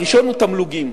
הראשון הוא תמלוגים.